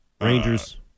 Rangers